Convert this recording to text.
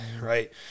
Right